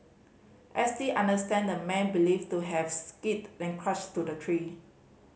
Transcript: S T understand the man believed to have skidded and crashed to the tree